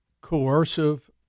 coercive